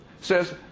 says